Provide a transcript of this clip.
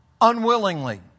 unwillingly